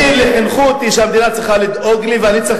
אותי חינכו שהמדינה צריכה לדאוג לי ואני צריך